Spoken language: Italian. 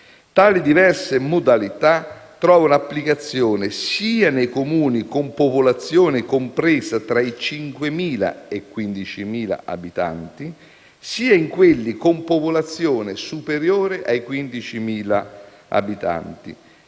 modalità di arrotondamento trovano applicazione sia nei Comuni con popolazione compresa tra i 5.000 e 15.000 abitanti, sia in quelli con popolazione superiore ai 15.000 abitanti,